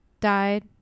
died